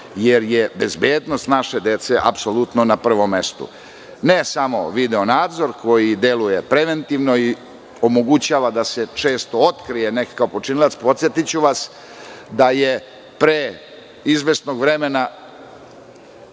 jer je bezbednost naše dece apsolutno na prvom mestu, ne samo video-nadzor koji deluje preventivno i omogućava da se često otkrije počinilac. Podsetiću vas da je, pre izvesnog vremena,